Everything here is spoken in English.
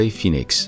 Phoenix